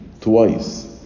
twice